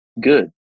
good